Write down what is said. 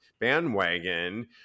bandwagon